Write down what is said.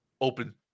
open